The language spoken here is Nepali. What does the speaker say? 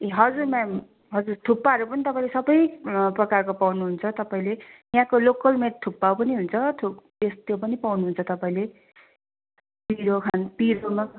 ए हजुर मेम हजुर थुक्पाहरू पनि तपाईँले सब प्रकारको पाउनु हुन्छ तपाईँले यहाँको लोकल मेड थुक्पा पनि हुन्छ थुक त्यो पनि पाउनु हुन्छ तपाईँले पिरो खानु पिरोमा